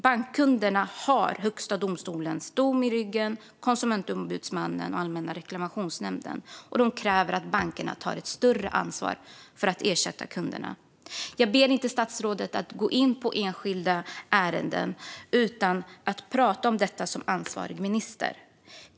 Bankkunderna har Högsta domstolens dom i ryggen, likaså Konsumentombudsmannen och Allmänna reklamationsnämnden. De kräver att bankerna tar ett större ansvar för att ersätta kunderna. Jag ber inte statsrådet att gå in på enskilda ärenden utan att prata om detta som ansvarig minister.